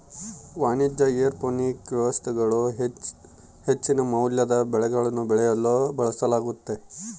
ವಾಣಿಜ್ಯ ಏರೋಪೋನಿಕ್ ವ್ಯವಸ್ಥೆಗಳನ್ನು ಹೆಚ್ಚಿನ ಮೌಲ್ಯದ ಬೆಳೆಗಳನ್ನು ಬೆಳೆಸಲು ಬಳಸಲಾಗ್ತತೆ